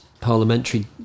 parliamentary